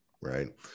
right